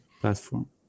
platform